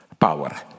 power